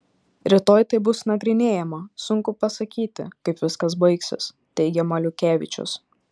rytoj tai bus nagrinėjama sunku pasakyti kaip viskas baigsis teigia maliukevičius